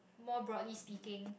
more broadly speaking